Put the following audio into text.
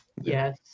yes